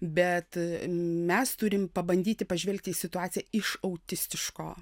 bet mes turim pabandyti pažvelgti į situaciją iš autistiško